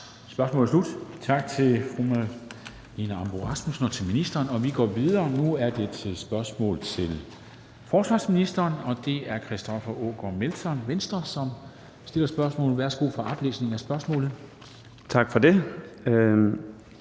Spørgsmålet er slut. Tak til fru Marlene Ambo-Rasmussen og til ministeren. Vi går videre til et spørgsmål til forsvarsministeren, og det er hr. Christoffer Aagaard Melson, Venstre, som stiller spørgsmålet. Kl. 15:31 Spm. nr.